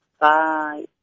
Bye